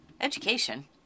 education